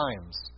times